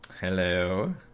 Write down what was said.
Hello